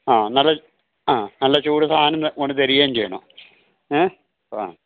ആ നല്ല ആ നല്ല ചൂട് സാധനം കൊണ്ട് തരികയും ചെയ്യണം ഏ അതാണ്